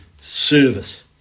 service